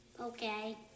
Okay